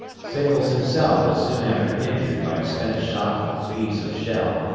sickles himself was soon after injured by a spent shot of piece of shell,